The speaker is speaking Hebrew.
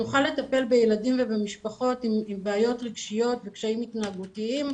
שנוכל לטפל בילדים ובמשפחות עם בעיות רגשיות וקשיים התנהגותיים.